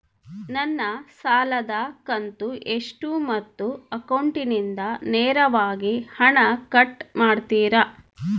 ನನ್ನ ಸಾಲದ ಕಂತು ಎಷ್ಟು ಮತ್ತು ಅಕೌಂಟಿಂದ ನೇರವಾಗಿ ಹಣ ಕಟ್ ಮಾಡ್ತಿರಾ?